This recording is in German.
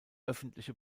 öffentliche